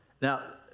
Now